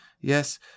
Yes